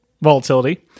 volatility